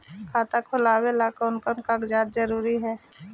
खाता खोलें ला कोन कोन कागजात जरूरी है?